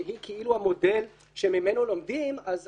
שהיא המודל שממנו לומדים, אז